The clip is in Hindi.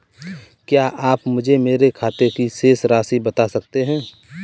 आप मुझे मेरे खाते की शेष राशि बता सकते हैं?